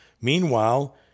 Meanwhile